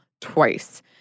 twice—